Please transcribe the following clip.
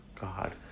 God